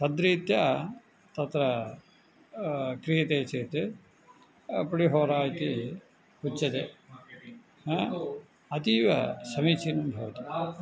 तद् रीत्या तत्र क्रियते चेत् पुलिहोरा इति उच्यते हा अतीव समीचीनं भवति